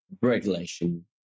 regulation